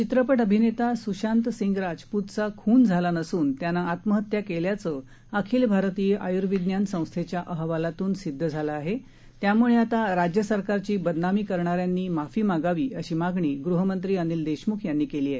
चित्रपट अभिनेता स्शांत सिंग राजपूतचा खून झाला नसून त्यानं आत्महत्या केल्याचं अखिल भारतीय आय्र्विज्ञान संस्थेच्या अहवालातून सिदध झाल्यानं आता राज्य सरकारची बदनामी करणाऱ्यांनी माफी मागावी अशी मागणी गृहमंत्री अनिल देशम्ख यांनी केली आहे